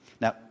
Now